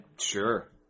Sure